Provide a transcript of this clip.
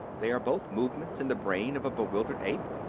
they are both movements in the brain of a bewildered ape?